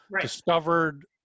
discovered